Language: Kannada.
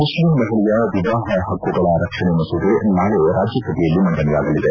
ಮುಷ್ಲಿಮ್ ಮಹಿಳೆಯ ವಿವಾಹ ಹಕ್ಕುಗಳ ರಕ್ಷಣೆ ಮಸೂದೆ ನಾಳೆ ರಾಜ್ಯಸಭೆಯಲ್ಲಿ ಮಂಡನೆಯಾಗಲಿದೆ